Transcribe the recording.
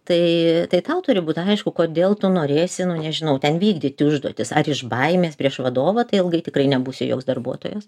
tai tai tau turi būti aišku kodėl tu norėsi nu nežinau ten vykdyti užduotis ar iš baimės prieš vadovą tai ilgai tikrai nebūsiu joks darbuotojas